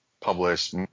published